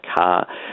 car